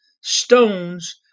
stones